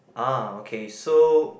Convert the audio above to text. ah okay so